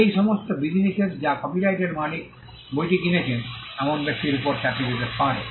এই সমস্ত বিধিনিষেধ যা কপিরাইটের মালিক বইটি কিনেছেন এমন ব্যক্তির উপর চাপিয়ে দিতে পারে